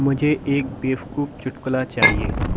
मुझे एक बेवकूफ चुटकुला चाहिए